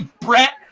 Brett